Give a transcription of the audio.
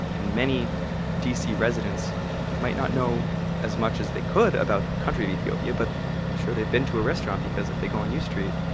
and many d c. residents might not know as much as they could about the country of ethiopia, but i am sure they've been to a restaurant. if they go on u street,